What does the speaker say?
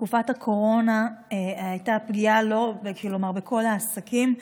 בתקופת הקורונה הייתה פגיעה בכל העסקים,